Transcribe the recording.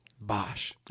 Bosch